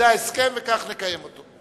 ההסכם, וכך נקיים אותו.